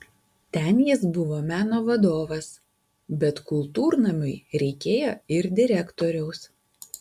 ten jis buvo meno vadovas bet kultūrnamiui reikėjo ir direktoriaus